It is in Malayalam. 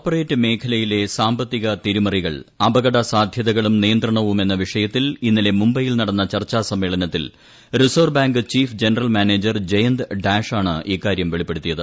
കോർപ്പറേറ്റ് മേഖലയിലെ സാമ്പത്തിക തിരിമറികൾ അപകടസാധൃതകളും നിയന്ത്രണവും എന്ന വിഷയത്തിൽ ഇന്നലെ മുംബൈയിൽ നടന്ന ചർച്ചാ സമ്മേളനത്തിൽ reserve bank chief general manager Jayant ഡാഷാണ് ഇക്കാര്യം വെളിപ്പെടുത്തിയത്